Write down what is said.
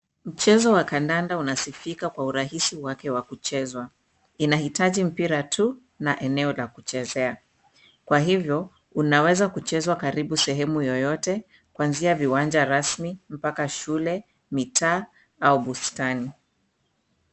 Mchezo wa kandanda unasifika kwa urahisi wake wa kuchezwa. Inahitaji mpira tu na eneo la kuchezea. Kwa hivyo unaweza kuchezwa karibu sehemu yoyote kwanzia viwanja rasmi mpaka shule, mitaa au bustani.